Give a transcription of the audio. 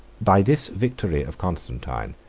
by this victory of constantine,